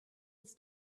its